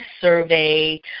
survey